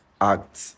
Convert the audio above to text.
act